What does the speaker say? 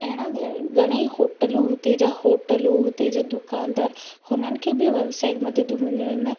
एड़ा घ घणेई होटलूं हुते जा होटलूं हुते जा दुकानदार हुननि खे बि व्यव्सायिक मददूं मिलनि